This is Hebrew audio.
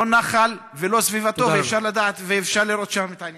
לא נחל ולא סביבתו, ואפשר לראות שם את העניין.